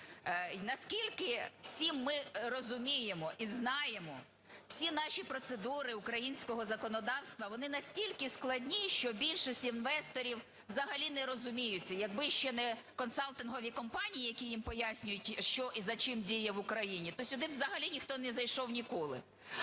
Наскільки всі ми розуміємо і знаємо всі наші процедури українського законодавства, вони настільки складні, що більшість інвесторів взагалі не розуміються. Якби ще не консалтингові компанії, які їм пояснюють що і за чим діє в Україні, то сюди б взагалі ніхто не зайшов ніколи,